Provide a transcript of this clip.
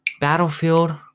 battlefield